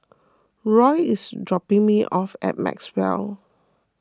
Roe is dropping me off at Maxwell